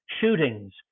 shootings